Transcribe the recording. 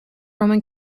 roman